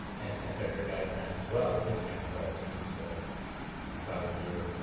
and and secretary geithner has as well, with his counterparts, and he's traveled to europe